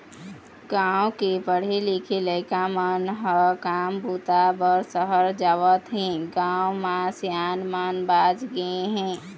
गाँव के पढ़े लिखे लइका मन ह काम बूता बर सहर जावत हें, गाँव म सियान मन बाँच गे हे